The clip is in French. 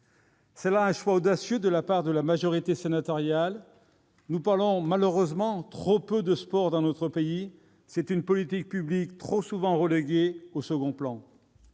C'est là un choix audacieux de la part de la majorité sénatoriale. Nous parlons malheureusement trop peu de sport dans notre pays ; c'est une politique publique trop souvent reléguée au second plan.